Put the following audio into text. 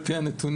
על פי הנתונים,